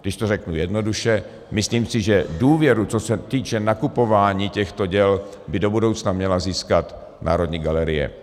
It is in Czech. Když to řeknu jednoduše, myslím si, že důvěru, co se týče nakupování těchto děl, by do budoucna měla získat Národní galerie.